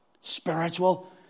Spiritual